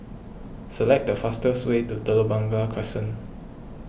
select the fastest way to Telok Blangah Crescent